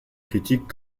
critiques